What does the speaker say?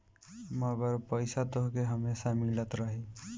मगर पईसा तोहके हमेसा मिलत रही